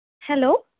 hello